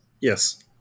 Yes